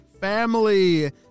family